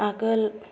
आगोल